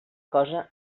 cosa